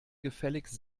gefälligst